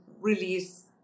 release